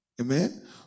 Amen